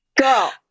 Girl